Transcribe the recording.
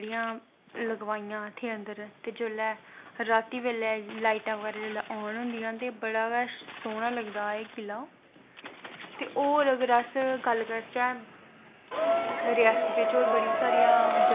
जाना ऐ ते उस दे बाद अस गे हे चार धाम दे बाद में गेई ही मथुरा वृंदावन कृष्ण जन्म भूमी मथूरा उत्थें कंस ऐ कंस दा मैह्ल ऐ जित्थें कृष्ण जी दे मम्मी